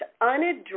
unaddressed